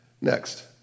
Next